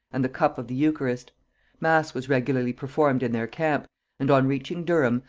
and the cup of the eucharist mass was regularly performed in their camp and on reaching durham,